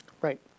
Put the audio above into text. Right